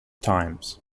times